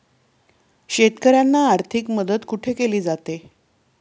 शेतकऱ्यांना आर्थिक मदत कुठे केली जाते?